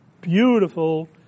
beautiful